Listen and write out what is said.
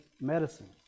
medicine